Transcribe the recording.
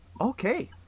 okay